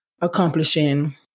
accomplishing